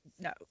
no